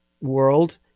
world